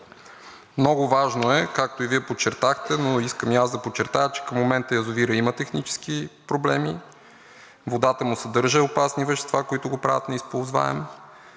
Много е важно, както и Вие подчертахте, но искам и аз да подчертая, че към момента язовирът има технически проблеми. Водата съдържа опасни вещества, които го правят неизползваем.